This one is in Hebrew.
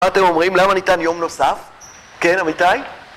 מה אתם אומרים? למה ניתן יום נוסף? כן, אמיתי?